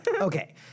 okay